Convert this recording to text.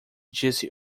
disse